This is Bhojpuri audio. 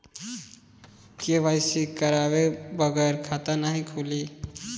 के.वाइ.सी करवाये बगैर खाता नाही खुली?